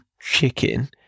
chicken